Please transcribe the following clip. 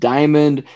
Diamond